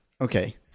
Okay